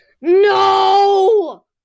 No